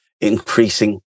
increasing